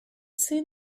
seen